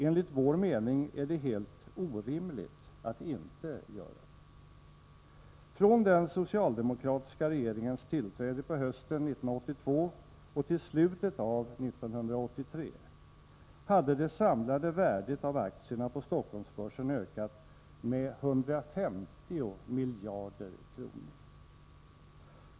Enligt vår mening är det helt orimligt att inte göra det. Från den socialdemokratiska regeringens tillträde på hösten 1982 till slutet av 1983 hade det samlade värdet av aktierna på Stockholmsbörsen ökat med 150 miljarder kronor.